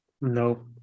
nope